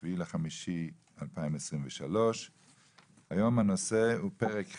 7 במאי 2023. היום הנושא הוא פרק ח'